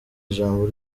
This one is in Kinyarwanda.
ijambo